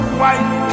white